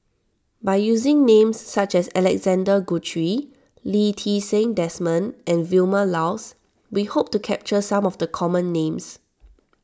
by using names such as Alexander Guthrie Lee Ti Seng Desmond and Vilma Laus we hope to capture some of the common names